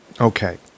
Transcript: Okay